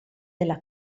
della